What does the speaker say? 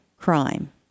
crime